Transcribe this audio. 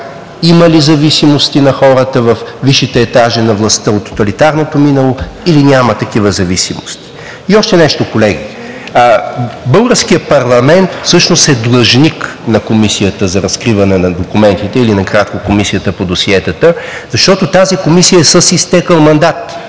има ли зависимости на хората във висшите етажи на властта от тоталитарното минало, или няма такива зависимости. И още нещо, колеги. Българският парламент всъщност е длъжник на Комисията за разкриване на документите, или накратко Комисията по досиетата, защото тази комисия е с изтекъл мандат.